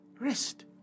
rest